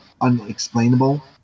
unexplainable